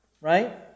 right